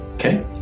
Okay